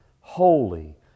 holy